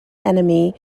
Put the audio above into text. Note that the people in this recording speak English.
enemy